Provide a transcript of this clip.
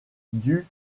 dues